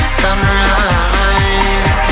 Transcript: sunrise